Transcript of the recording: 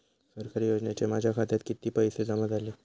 सरकारी योजनेचे माझ्या खात्यात किती पैसे जमा झाले?